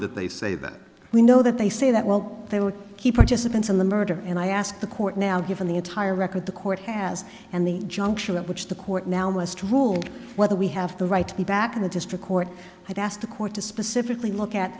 that they say that we know that they say that while they were key participants in the murder and i asked the court now given the entire record the court has and the juncture at which the court now must rule whether we have the right to be back in the district court i've asked the court to specifically look at